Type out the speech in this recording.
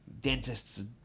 Dentists